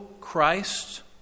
Christ